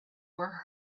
were